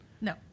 No